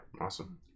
Awesome